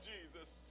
Jesus